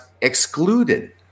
excluded